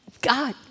God